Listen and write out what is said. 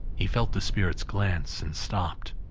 he felt the spirit's glance, and stopped.